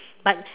but